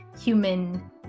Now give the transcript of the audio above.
human